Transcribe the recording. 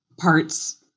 parts